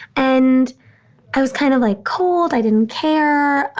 and i was kind of like cold. i didn't care.